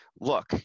look